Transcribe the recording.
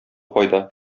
файда